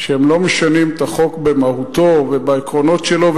שהם לא משנים את החוק במהותו ובעקרונות שלו,